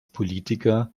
politiker